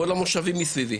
כל המושבים מסביבי.